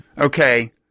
Okay